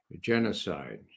genocide